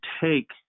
take